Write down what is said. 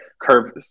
Curve